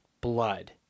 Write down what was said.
blood